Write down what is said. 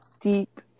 deep